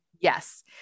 Yes